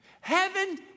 Heaven